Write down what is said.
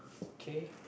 okay